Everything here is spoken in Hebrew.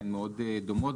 שהן מאוד דומות.